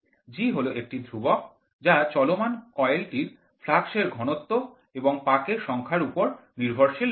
G হল একটি ধ্রুবক যা চলমান কয়েলটির ফ্লাক্স এর ঘনত্ব এবং পাকের সংখ্যার উপর নির্ভরশীল নয়